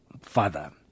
father